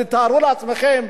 תארו לעצמכם,